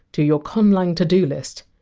to your conlang to-do list.